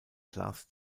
glas